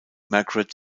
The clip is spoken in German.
margaret